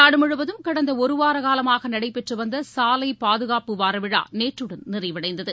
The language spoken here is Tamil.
நாடுமுழுவதும் கடந்த ஒரு வாரகாலமாக நடைபெற்று வந்த சாலை பாதுகாப்பு வாரவிழா நேற்றுடன் நிறைவடைந்தது